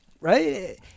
Right